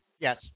Yes